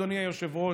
אדוני היושב-ראש,